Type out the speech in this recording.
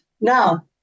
now